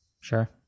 sure